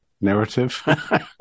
narrative